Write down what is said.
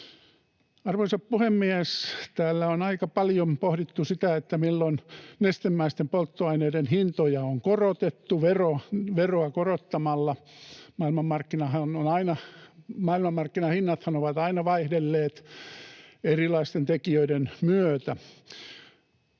Arvoisa puhemies! Täällä on aika paljon pohdittu sitä, milloin nestemäisten polttoaineiden hintoja on korotettu veroa korottamalla. Maailmanmarkkinahinnathan ovat aina vaihdelleet erilaisten tekijöiden myötä.